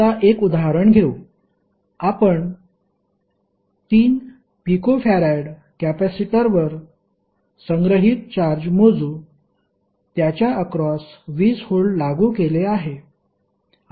आता एक उदाहरण घेऊ आपण 3 pF कॅपेसिटरवर संग्रहित चार्ज मोजू त्याच्या अक्रॉस 20 व्होल्ट लागू केले आहे